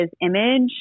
image